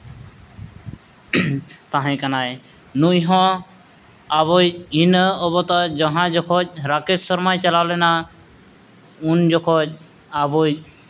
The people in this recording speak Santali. ᱛᱟᱦᱮᱸ ᱠᱟᱱᱟᱭ ᱱᱩᱭ ᱦᱚᱸ ᱟᱵᱚᱭᱤᱡ ᱤᱱᱟᱹ ᱚᱵᱚᱛᱟ ᱡᱟᱦᱟᱸ ᱡᱚᱠᱷᱚᱡ ᱨᱟᱠᱮᱥ ᱥᱚᱨᱢᱟᱭ ᱪᱟᱞᱟᱣ ᱞᱮᱱᱟ ᱩᱱ ᱡᱚᱠᱷᱚᱡ ᱟᱵᱚᱭᱤᱡ